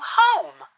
home